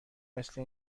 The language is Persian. مثل